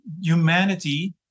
humanity